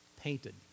painted